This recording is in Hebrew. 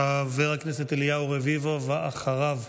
חבר הכנסת אליהו רביבו, ואחריו,